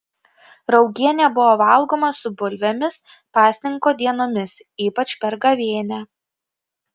raugienė buvo valgoma su bulvėmis pasninko dienomis ypač per gavėnią